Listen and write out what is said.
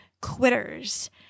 quitters